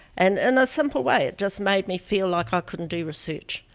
and in a simple way, it just made me feel like i couldn't do research.